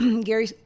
Gary